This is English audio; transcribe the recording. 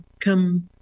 come